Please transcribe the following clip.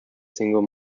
single